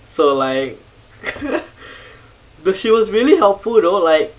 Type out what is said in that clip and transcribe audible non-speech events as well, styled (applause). so like (laughs) but she was really helpful though like